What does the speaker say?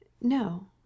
No